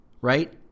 right